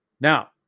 Now